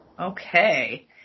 okay